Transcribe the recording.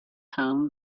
home